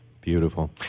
Beautiful